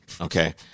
Okay